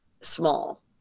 small